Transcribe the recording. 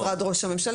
משרד ראש הממשלה.